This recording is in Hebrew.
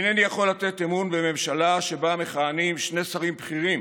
אינני יכול לתת אמון בממשלה שבה מכהנים שני שרים בכירים,